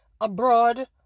abroad